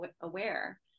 aware